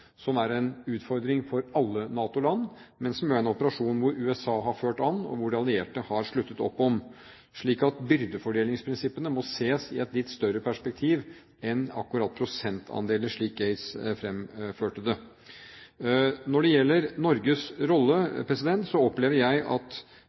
som er en utfordring for alle NATO-land, men som er en operasjon hvor USA har ført an, og som de allierte har sluttet opp om. Så byrdefordelingsprinsippet må ses i et litt større perspektiv enn akkurat prosentandeler, slik Gates fremførte det. Når det gjelder Norges rolle,